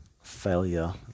failure